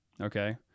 okay